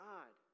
God